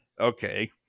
okay